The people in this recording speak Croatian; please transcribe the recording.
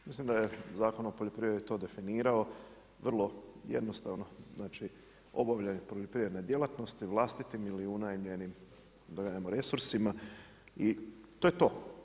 Mislim da je Zakon o poljoprivredi to definirao vrlo jednostavno, znači obavljanje poljoprivredne djelatnosti vlastitim ili unajmljenim resursima i to je to.